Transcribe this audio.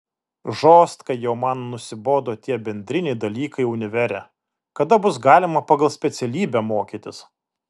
žostkai jau man nusibodo tie bendriniai dalykai univere kada bus galima pagal specialybę mokytis